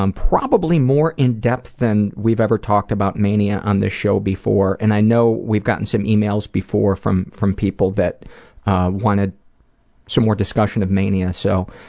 um probably more in depth than we've ever talked about mania on this show before. and i know we've gotten some emails before from from people that wanted some more discussion of mania, so